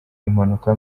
impanuka